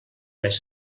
més